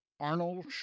Arnold